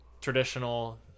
traditional